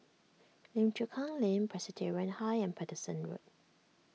Lim Chu Kang Lane Presbyterian High and Paterson Road